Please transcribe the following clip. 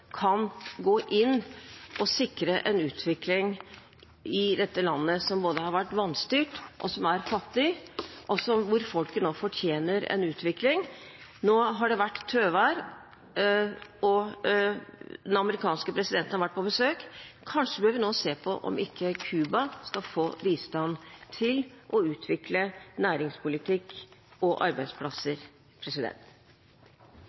kan gå inn og sikre en utvikling i dette landet, som både har vært vanstyrt og er fattig, og hvor folket nå fortjener en utvikling. Nå har det vært tøvær, og den amerikanske presidenten har vært på besøk. Kanskje bør vi nå se på om ikke Cuba skal få bistand til å utvikle næringspolitikk og